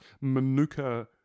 manuka